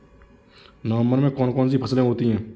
नवंबर में कौन कौन सी फसलें होती हैं?